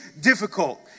difficult